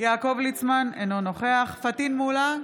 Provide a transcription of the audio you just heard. יעקב ליצמן, אינו נוכח פטין מולא,